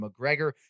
McGregor